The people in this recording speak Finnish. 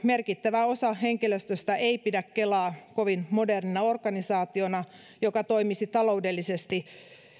merkittävä osa henkilöstöstä ei pidä kelaa kovin modernina organisaationa joka toimisi taloudellisesti